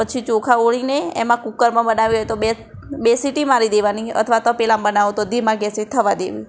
પછી ચોખા ઓળીને એમાં કૂકરમાં બનાવવી હોય તો બે બે સિટી મારી દેવાની અથવા તપેલામાં બનાવો તો ધીમા ગેસે થવા દેવી